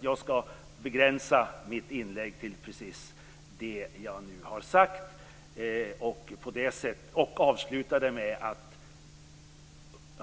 Jag begränsar således mitt inlägg precis till det som jag här har sagt. Avslutningsvis, skulle jag